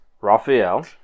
Raphael